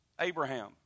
Abraham